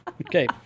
Okay